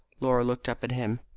laura looked up at him,